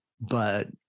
but-